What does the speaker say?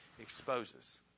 exposes